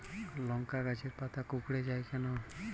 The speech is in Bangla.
লংকা গাছের পাতা কুকড়ে যায় কেনো?